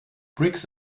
bricks